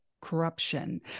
corruption